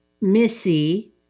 Missy